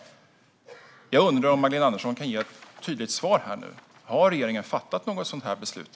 Jag undrar om Magdalena Andersson kan ge ett tydligt svar här och nu. Har regeringen fattat ett sådant beslut?